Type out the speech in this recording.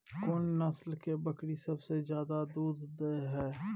कोन नस्ल के बकरी सबसे ज्यादा दूध दय हय?